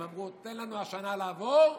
הם אמרו: תן לנו השנה לעבור,